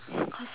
cause